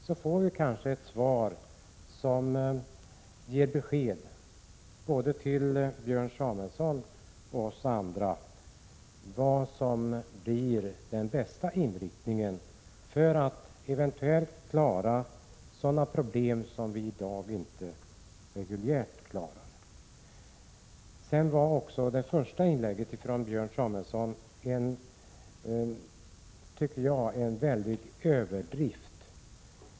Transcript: Då får kanske både Björn Samuelson och vi andra besked om vad som blir den bästa inriktningen för att kunna klara sådana problem som vi i dag inte kan klara reguljärt. Enligt min mening gjorde sig Björn Samuelson i sitt första inlägg skyldig till en väldig överdrift.